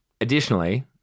Additionally